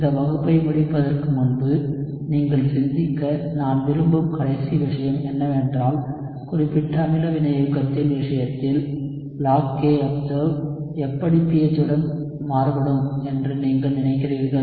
இந்த வகுப்பை முடிப்பதற்கு முன்பு நீங்கள் சிந்திக்க நான் விரும்பும் கடைசி விஷயம் என்னவென்றால் குறிப்பிட்ட அமில வினையூக்கத்தின் விஷயத்தில் log kobserved எப்படி pH உடன் மாறுபடும் என்று நீங்கள் நினைக்கிறீர்கள்